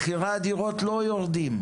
מחיר הדירות ירד.